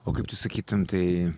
o kaip tu sakytum tai